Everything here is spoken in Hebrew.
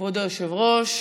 כבוד היושב-ראש,